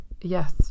yes